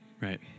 right